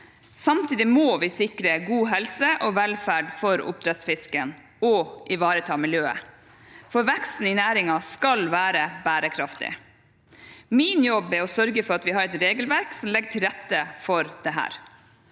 Samtidig må vi sikre god helse og velferd for oppdrettsfisken og ivareta miljøet, for veksten i næringen skal være bærekraftig. Min jobb er å sørge for at vi har et regelverk som legger til rette for dette.